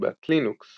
בליבת לינוקס